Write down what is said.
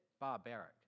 barbaric